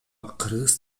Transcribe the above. кыргыз